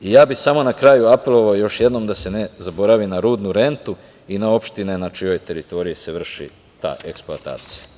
Samo na kraju, apelovao bih još jednom da se ne zaboravi na rudnu rentu i na opštine na čijoj teritoriji se vrši ta eksploatacija.